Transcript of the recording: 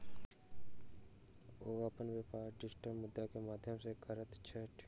ओ अपन व्यापार डिजिटल मुद्रा के माध्यम सॅ करैत छथि